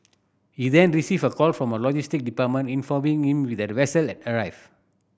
he then received a call from logistic department informing him that a vessel had arrived